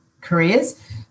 careers